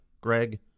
Greg